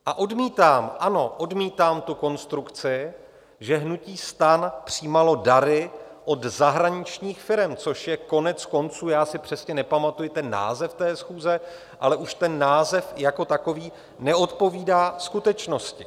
A odmítám, ano, odmítám tu konstrukci, že hnutí STAN přijímalo dary od zahraničních firem, což je koneckonců, já si přesně nepamatuji název té schůze, ale už ten název jako takový neodpovídá skutečnosti.